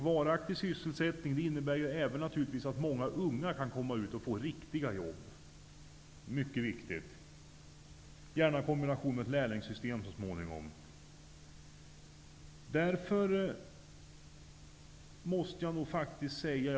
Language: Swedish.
Varaktig sysselsättning innebär naturligtvis även att många unga kan komma ut i arbetslivet och få riktiga jobb, vilket är mycket viktigt. Det vore bra om detta så småningom även kunde kombineras med ett lärlingssystem.